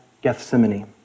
Gethsemane